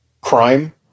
crime